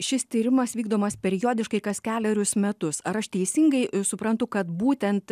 šis tyrimas vykdomas periodiškai kas kelerius metus ar aš teisingai suprantu kad būtent